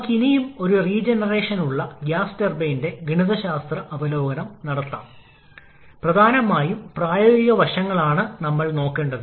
back work റേഷ്യോയും ഈ പ്രശ്നത്തിൽ ഒരു പ്രധാന ഭാഗമാകുമെന്ന് ഇപ്പോൾ നമ്മൾ കണ്ടു